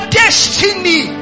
destiny